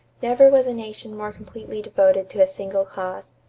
never was a nation more completely devoted to a single cause.